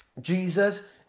Jesus